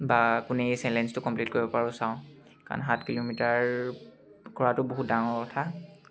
বা কোনে এই চেলেঞ্জটো কমপ্লিট কৰিব পাৰোঁ চাওঁ কাৰণ সাত কিলোমিটাৰ কৰাটো বহুত ডাঙৰ কথা